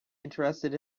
interested